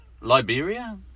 Liberia